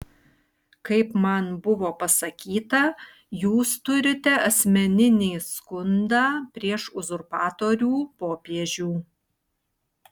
kaip man buvo pasakyta jūs turite asmeninį skundą prieš uzurpatorių popiežių